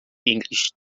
english